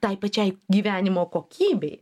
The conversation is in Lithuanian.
tai pačiai gyvenimo kokybei